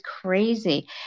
crazy